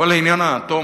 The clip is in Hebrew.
לעניין האטום,